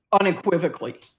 unequivocally